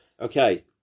Okay